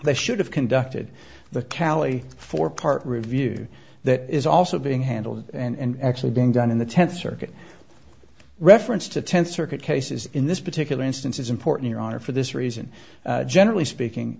they should have conducted the callee for part review that is also being handled and actually being done in the tenth circuit reference to tenth circuit cases in this particular instance is important your honor for this reason generally speaking